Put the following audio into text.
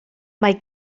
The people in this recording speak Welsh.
mae